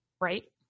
right